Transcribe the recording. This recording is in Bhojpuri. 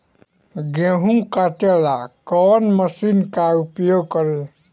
गेहूं काटे ला कवन मशीन का प्रयोग करी?